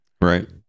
Right